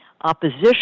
opposition